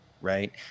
right